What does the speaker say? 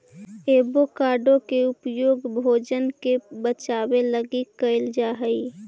avocado के उपयोग भोजन के पचाबे लागी कयल जा हई